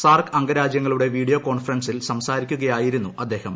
SAARC അംഗരാജ്യങ്ങളുടെ video കോൺഫറൻസിൽ സംസാരിക്കുകയായിരുന്നു അദ്ദേഹം